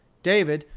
david,